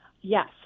Yes